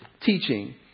teaching